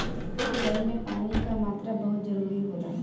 सिंचाई में पानी क मात्रा बहुत जरूरी होला